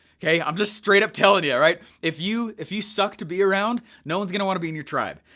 okay? i'm just straight up telling you, alright. if you if you suck to be around, no one's gonna wanna be in your tribe.